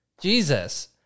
Jesus